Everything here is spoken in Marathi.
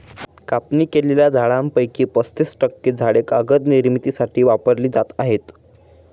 कापणी केलेल्या झाडांपैकी पस्तीस टक्के झाडे कागद निर्मितीसाठी वापरली जात आहेत